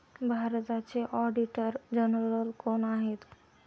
भारताचे auditor general कोण आहेत?